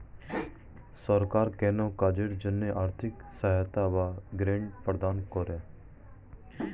সরকার কোন কাজের জন্য আর্থিক সহায়তা বা গ্র্যান্ট প্রদান করে